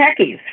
techies